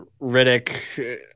Riddick